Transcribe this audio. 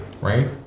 Right